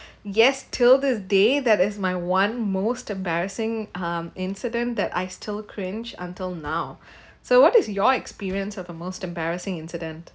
yes till the day that is my one most embarrassing um incident that I still cringe until now so what is your experience of a most embarrassing incident